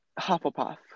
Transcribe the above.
Hufflepuff